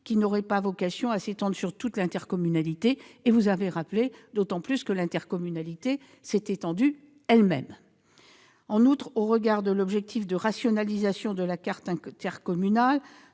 qui n'aurait pas vocation à s'étendre à toute l'intercommunalité, d'autant plus que cette intercommunalité s'est étendue elle-même. En outre, au regard de l'objectif de rationalisation de la carte intercommunale,